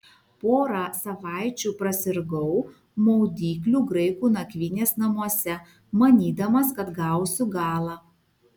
porą savaičių prasirgau maudyklių graikų nakvynės namuose manydamas kad gausiu galą